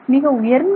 மிக உயர்ந்த ஆர்